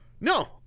No